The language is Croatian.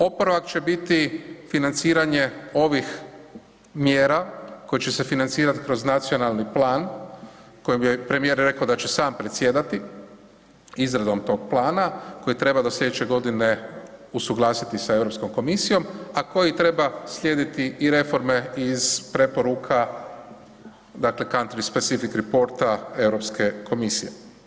Oporavak će biti financiranje ovih mjera koje će se financirati kroz nacionalni plan koje je premijer rekao da će sam predsjedati izradom tog plana koji treba do slijedeće godine usuglasiti sa Europskom komisijom, a koji treba slijediti i reforme iz preporuka dakle country specific reportsa Europske komisije.